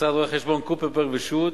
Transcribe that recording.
משרד רואי-חשבון קופרברג ושות',